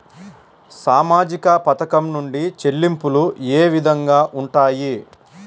సామాజిక పథకం నుండి చెల్లింపులు ఏ విధంగా ఉంటాయి?